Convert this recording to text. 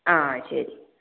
ആ ശരി